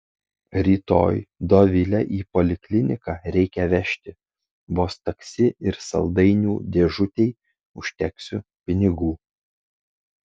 rytoj dovilę į polikliniką reikia vežti vos taksi ir saldainių dėžutei užteksiu pinigų